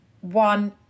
one